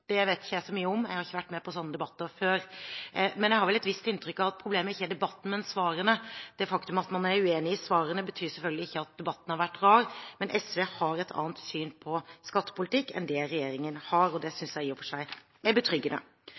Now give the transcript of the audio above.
Det vet ikke jeg så mye om, jeg har ikke vært med på slike debatter før. Men jeg har vel et visst inntrykk av at problemet ikke er debatten, men svarene. Det faktum at man er uenig i svarene, betyr selvfølgelig ikke at debatten har vært rar, men SV har et annet syn på skattepolitikk enn det regjeringen har, og det synes jeg i og for seg er betryggende.